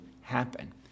happen